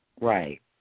Right